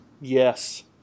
yes